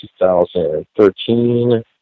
2013